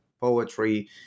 poetry